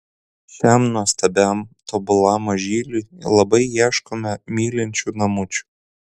šiam nuostabiam tobulam mažyliui labai ieškome mylinčių namučių